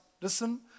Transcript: Listen